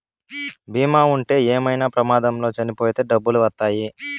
బీమా ఉంటే ఏమైనా ప్రమాదంలో చనిపోతే డబ్బులు వత్తాయి